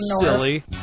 Silly